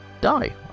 die